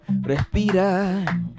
Respira